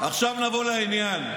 עכשיו, נעבור לעניין,